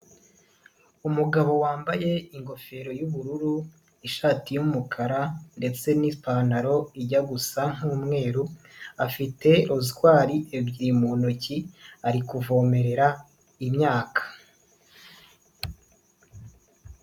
Umugabo wambaye ingofero y'ubururu, ishati y'umukara ndetse n'ipantaro ijya gusa nk'umweru afite rozwari ebyiri mu ntoki ari kuvomerera imyaka.